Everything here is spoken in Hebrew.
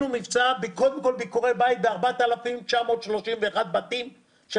קודם כול ביקורי בית ב-4,931 בתים של